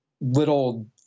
little